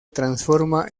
transforma